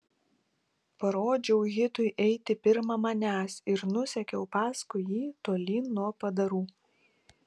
parodžiau hitui eiti pirma manęs ir nusekiau paskui jį tolyn nuo padarų